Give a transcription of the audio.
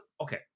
okay